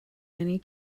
many